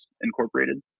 Incorporated